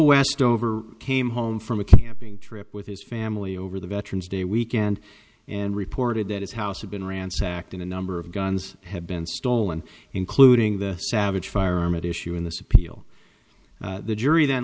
westover came home from a camping trip with his family over the veterans day weekend and reported that his house had been ransacked in a number of guns had been stolen including the savage firearm at issue in this appeal the jury th